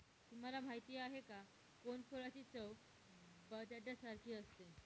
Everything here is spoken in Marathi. तुम्हाला माहिती आहे का? कोनफळाची चव बटाट्यासारखी असते